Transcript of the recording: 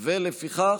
לפיכך,